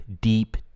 deep